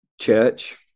church